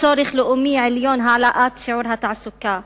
בצורך לאומי עליון בהעלאת שיעור התעסוקה,